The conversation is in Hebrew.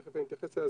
תיכף אני אתייחס אליה,